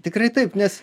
tikrai taip nes